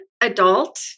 adult